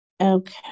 Okay